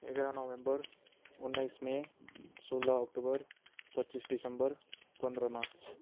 एघार नोभेम्बर उन्नाइस मे सोह्र अक्टोबर पच्चिस दिसम्बर पन्ध्र मार्च